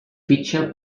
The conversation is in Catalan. fitxa